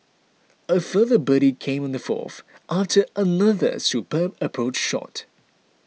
a further birdie came on the fourth after another superb approach shot